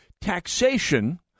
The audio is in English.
taxation